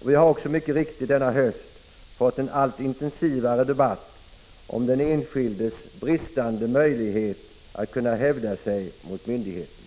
och vi har också mycket riktigt denna höst fått en allt intensivare debatt om den enskildes bristande möjlighet att kunna hävda sig mot myndigheten.